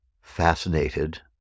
fascinated